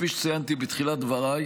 כפי שציינתי בתחילת דבריי,